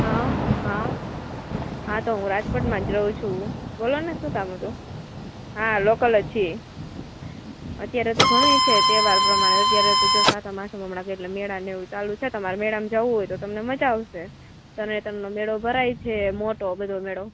હા હા હા તો હું રાજકોટમાં જ રહું છું બોલોને શું કામ હતું હા લોકલ જ છીએ અત્યારે તો ઘણુંય છે તહેવાર પ્રમાણે અત્યારે તો જો સાતમ આઠમ હમણાં ગઈ એટલે મેળાને એવું ચાલુ છે તમાર મેળામાં જવું હોય તો તમને મજા આવશે તરણેતરનો મેળો ભરાય છે મોટો બધો મેળો